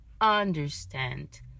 understand